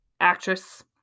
actress